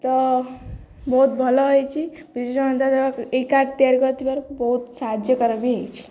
ତ ବହୁତ ଭଲ ହେଇଛି ବିଜୁ ଜନତା ଏଇ କାର୍ଡ଼ ତିଆରି କରିଥିବାରୁ ବହୁତ ସାହାଯ୍ୟକର ବି ହେଇଛି